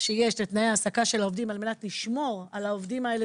שיש לתנאי ההעסקה של העובדים על מנת לשמור על העובדים האלה